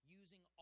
using